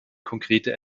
konkrete